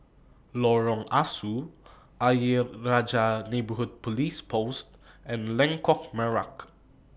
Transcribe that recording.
Lorong Ah Soo Ayer Rajah Neighbourhood Police Post and Lengkok Merak